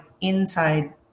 inside